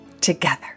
together